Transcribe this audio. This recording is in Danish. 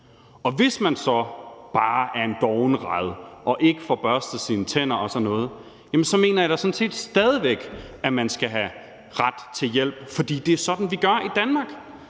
Og hvis man så bare er en doven rad og ikke får børstet sine tænder og sådan noget, mener jeg da sådan set stadig væk at man skal have ret til hjælp, for det er sådan, vi gør i Danmark.